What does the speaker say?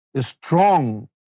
strong